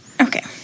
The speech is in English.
Okay